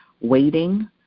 waiting